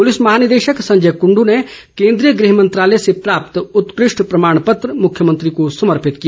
प्रलिस महानिदेशक संजय कुंडू ने केंद्रीय गृह मंत्रालय से प्राप्त उत्कृष्ट प्रमाण पत्र मुख्यमंत्री को समर्पित किया